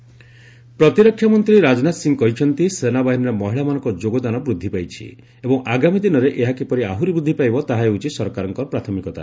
ରାଜନାଥ ଓମେନ୍ ପ୍ରତିରକ୍ଷା ମନ୍ତ୍ରୀ ରାଜନାଥ ସିଂହ କହିଛନ୍ତି ସେନାବାହିନୀରେ ମହିଳାମାନଙ୍କ ଯୋଗଦାନ ବୃଦ୍ଧି ପାଇଛି ଏବଂ ଆଗାମୀ ଦିନରେ ଏହା କିପରି ଆହ୍ରରି ବୃଦ୍ଧି ପାଇବ ତାହା ହେଉଛି ସରକାରଙ୍କ ପ୍ରାଥମିକତା